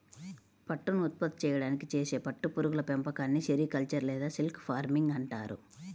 పట్టును ఉత్పత్తి చేయడానికి చేసే పట్టు పురుగుల పెంపకాన్ని సెరికల్చర్ లేదా సిల్క్ ఫార్మింగ్ అంటారు